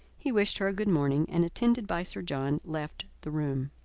he wished her a good morning, and, attended by sir john, left the room.